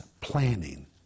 planning